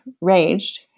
raged